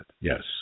Yes